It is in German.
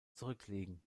zurücklegen